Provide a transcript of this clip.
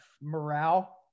morale